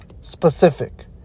specific